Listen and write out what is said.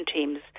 Teams